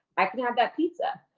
i can have that pizza.